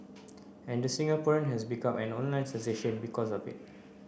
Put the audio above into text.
and the Singaporean has become an online sensation because of it